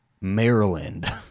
Maryland